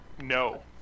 No